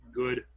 good